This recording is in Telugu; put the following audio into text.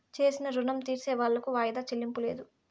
చేసిన రుణం తీర్సేవాళ్లకు వాయిదా చెల్లింపు లేదు